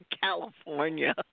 California